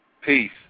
Peace